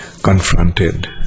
confronted